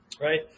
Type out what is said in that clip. right